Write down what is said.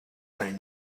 thing